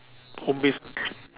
home based